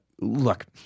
Look